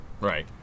Right